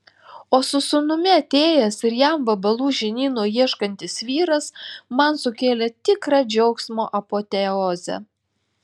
o su sūnumi atėjęs ir jam vabalų žinyno ieškantis vyras man sukėlė tikrą džiaugsmo apoteozę